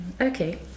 Okay